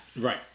right